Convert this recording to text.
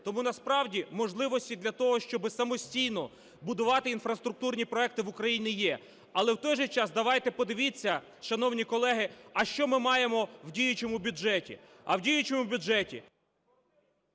Тому насправді можливості для того, щоб самостійно будувати інфраструктурні проекти, в Україні є. Але, в той же час, давайте, подивіться, шановні колеги, а що ми маємо в діючому бюджеті?